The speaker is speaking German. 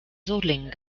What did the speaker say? solingen